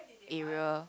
area